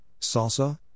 salsa